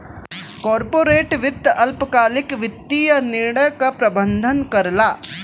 corporate वित्त अल्पकालिक वित्तीय निर्णय क प्रबंधन करला